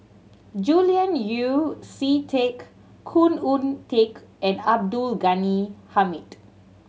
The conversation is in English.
Julian Yeo See Teck Khoo Oon Teik and Abdul Ghani Hamid